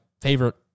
favorite